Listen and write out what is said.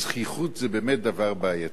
זחיחות זה באמת דבר בעייתי.